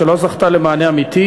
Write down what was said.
שלא זכתה למענה אמיתי,